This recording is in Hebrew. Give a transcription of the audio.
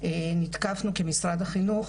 נתקפנו כמשרד החינוך,